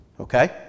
Okay